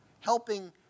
helping